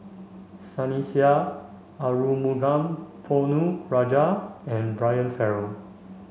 Sunny Sia Arumugam Ponnu Rajah and Brian Farrell